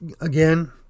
Again